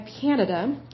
Canada